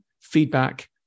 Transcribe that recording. feedback